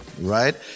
right